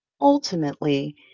Ultimately